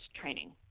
training